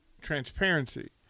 transparency